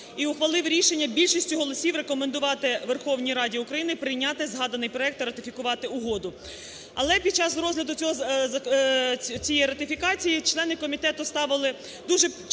і ухвалив рішення більшістю голосі рекомендувати Верховній Раді прийняти згаданий законопроект та ратифікувати угоду. Але під час розгляду цієї ратифікації члени комітету ставили дуже чіткі